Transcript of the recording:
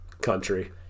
country